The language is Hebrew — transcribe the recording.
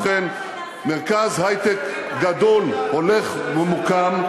ובכן, מרכז היי-טק גדול הולך ומוקם.